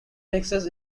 texas